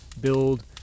build